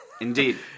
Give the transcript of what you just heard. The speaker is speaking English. Indeed